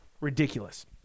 ridiculous